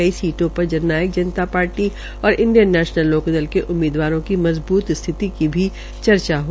कई सीटों पर जन नायक जनता पार्टी और इंडियन नैशनल लाक्रदल के उम्मीदवरों की मजबूत स्थिति की भी चर्चा है